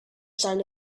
sign